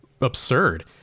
absurd